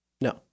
No